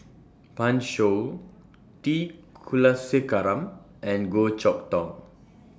Pan Shou T Kulasekaram and Goh Chok Tong